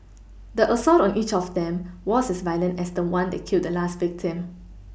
the assault on each of them was as violent as the one that killed the last victim